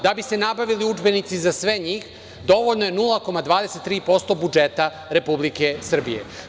Da bi se nabavili udžbenici za sve njih, dovoljno je 0,23% budžeta Republike Srbije.